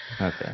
okay